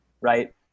right